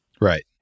Right